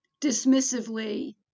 dismissively